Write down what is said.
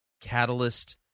Catalyst